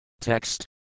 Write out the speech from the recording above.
Text